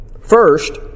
First